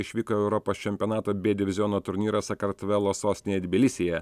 išvyko į europos čempionato b diviziono turnyrą sakartvelo sostinėje tbilisyje